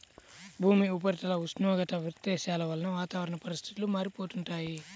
భూమి ఉపరితల ఉష్ణోగ్రత వ్యత్యాసాల వలన వాతావరణ పరిస్థితులు మారిపోతుంటాయి